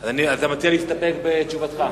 אתה מציע להסתפק בתשובתך.